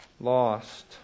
lost